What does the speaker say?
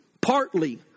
partly